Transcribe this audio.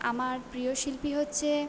আমার প্রিয় শিল্পী হচ্ছে